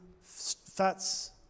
fats